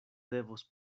devos